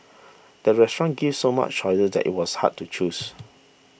the restaurant gave so many choices that it was hard to choose